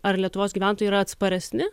ar lietuvos gyventojai yra atsparesni